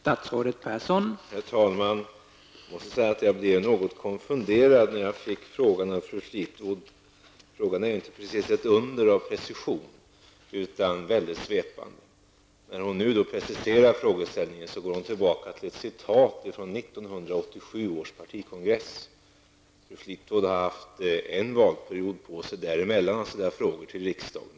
Herr talman! Jag blev något konfunderad när jag fick frågan av fru Fleetwood. Frågan är inte direkt ett under av precision, utan mycket svepande. När hon nu preciserar frågeställningen åberopar hon ett citat från 1987 års partikongress. Fru Fleetwood har haft en valperiod på sig däremellan att ställa frågor till riksdagen.